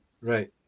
Right